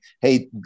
Hey